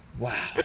Wow